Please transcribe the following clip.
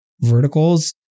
verticals